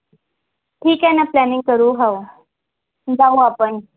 ठीक आहे न प्लॅनिंग करू हो जाऊ आपण